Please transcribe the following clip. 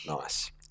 Nice